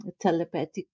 telepathic